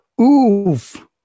Oof